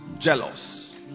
Jealous